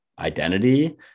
identity